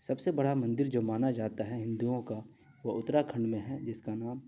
سب سے بڑا مندر جو مانا جاتا ہے ہندوؤں کا وہ اترا کھنڈ میں ہے جس کا نام